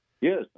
Yes